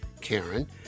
Karen